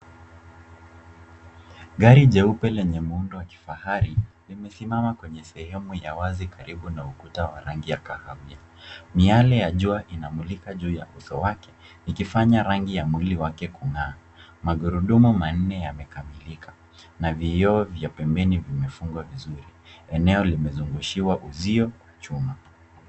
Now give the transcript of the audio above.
Gari jeupe lenye muundo wa kifahari, limesimama kwenye sehemu ya wazi karibu na ukuta wa rangi ya kahawia. Miale ya jua inamulika juu ya uso wake, ikifanya rangi ya mwili wake kung'aa. Magurudumu manne yamekamilika na vioo vya pembeni vimefungwa vizuri. Eneo limezungushiwa uzio wa chuma.